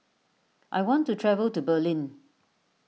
I want to travel to Berlin